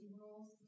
rules